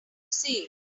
say